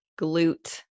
glute